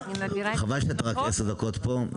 חבל שאתה רק עשר דקות פה,